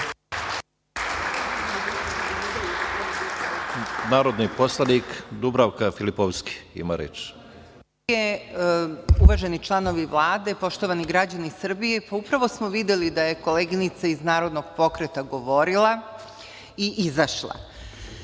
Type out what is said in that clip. narodni poslanik Dubravka Filipovski. **Dubravka Filipovski** Uvaženi članovi Vlade, poštovani građani Srbije, upravo smo videli da je koleginica iz Narodnog pokreta govorila i izašla.